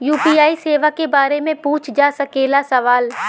UPI सेवा के बारे में पूछ जा सकेला सवाल?